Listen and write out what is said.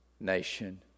nation